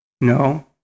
No